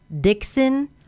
Dixon